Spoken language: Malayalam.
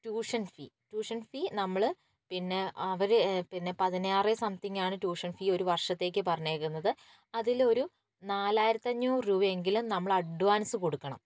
ട്യൂഷൻ ഫീ ട്യൂഷൻ ഫീ നമ്മൾ പിന്നെ അവർ പിന്നെ പതിനാറേ സംതിങ്ങാണ് ട്യൂഷൻ ഫീ ഒരു വർഷത്തേയ്ക്ക് പറഞ്ഞിരിക്കുന്നത് അതിലൊരു നാലായിരത്തഞ്ഞൂറ് രൂപയെങ്കിലും നമ്മൾ അഡ്വാൻസ് കൊടുക്കണം